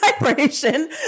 vibration